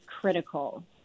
critical